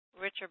Richard